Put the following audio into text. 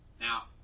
Now